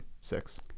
six